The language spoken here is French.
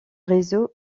réseau